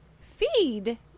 feed